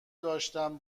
داشتم